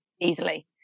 easily